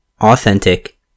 authentic